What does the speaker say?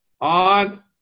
on